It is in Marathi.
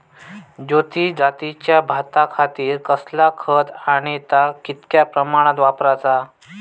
ज्योती जातीच्या भाताखातीर कसला खत आणि ता कितक्या प्रमाणात वापराचा?